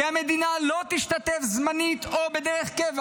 כי המדינה לא תשתתף זמנית או בדרך קבע